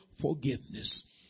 forgiveness